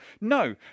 No